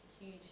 huge